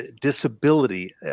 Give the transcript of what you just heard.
Disability